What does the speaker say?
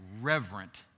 reverent